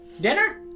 Dinner